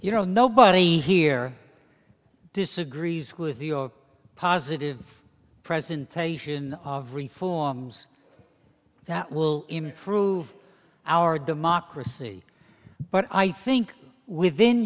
you know nobody here disagrees with your positive presentation of reforms that will improve our democracy but i think within